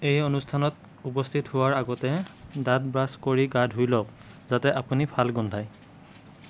এই অনুষ্ঠানত উপস্থিত হোৱাৰ আগতে দাঁত ব্ৰাছ কৰি গা ধুই লওক যাতে আপুনি ভাল গোন্ধায়